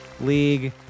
League